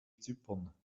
zypern